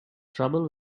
trouble